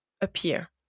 appear